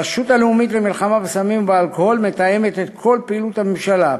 הרשות הלאומית למלחמה בסמים ובאלכוהול מתאמת את כל פעילות הממשלה.